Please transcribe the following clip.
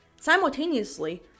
Simultaneously